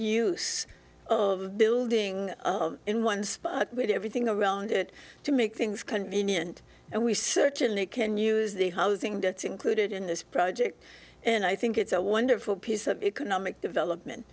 use building in one spot with everything around it to make things convenient and we certainly can use the housing that included in this project and i think it's a wonderful piece of economic development